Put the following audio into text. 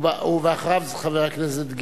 ואחריו, חבר הכנסת גילאון.